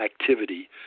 activity